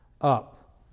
up